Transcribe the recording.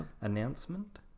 announcement